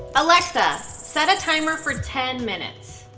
alexa, set a timer for ten minutes.